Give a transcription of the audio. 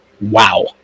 Wow